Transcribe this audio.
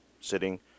sitting